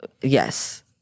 yes